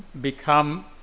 become